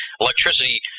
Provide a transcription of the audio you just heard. electricity